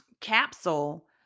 capsule